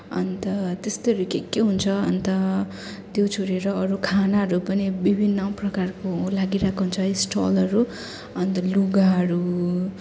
अन्त त्यस्तोहरू के के हुन्छ अन्त त्यो छोडेर अरू खानाहरू पनि विभिन्न प्रकारको लागिरहेको हुन्छ है स्टलहरू अन्त लुगाहरू